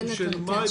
כן.